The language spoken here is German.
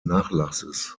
nachlasses